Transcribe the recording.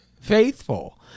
faithful